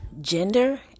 gender